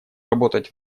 работать